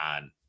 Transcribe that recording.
on